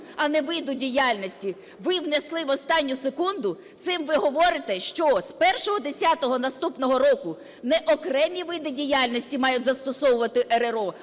а не виду діяльності, ви внесли в останню секунду, цим ви говорите, що з 01.10 наступного року не окремі види діяльності мають застосовувати РРО,